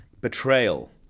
Betrayal